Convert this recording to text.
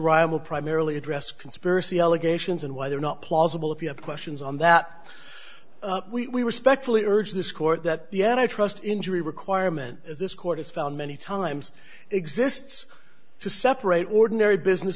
will primarily address conspiracy allegations and why they're not plausible if you have questions on that we respectfully urge this court that the and i trust injury requirement as this court has found many times exists to separate ordinary business